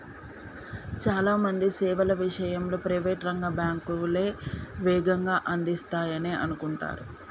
చాలా మంది సేవల విషయంలో ప్రైవేట్ రంగ బ్యాంకులే వేగంగా అందిస్తాయనే అనుకుంటరు